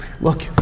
look